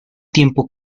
tiempo